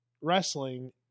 wrestling